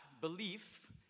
belief